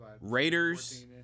Raiders